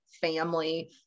family